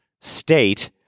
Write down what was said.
state